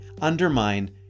undermine